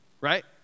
right